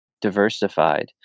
diversified